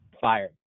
fire